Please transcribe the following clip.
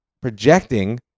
projecting